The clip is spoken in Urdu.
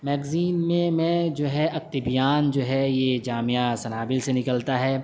میگزین میں میں جو ہے الطبیان جو ہے یہ جامعہ سنابیل سے نکلتا ہے